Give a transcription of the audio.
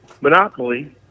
monopoly